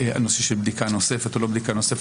הנושא של בדיקה נוספת או לא בדיקה נוספת.